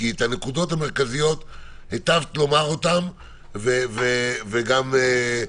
כי היטבת לומר את הנקודות המרכזיות,